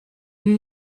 you